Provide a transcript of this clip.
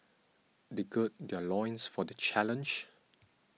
they gird their loins for the challenge